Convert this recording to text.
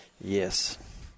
Yes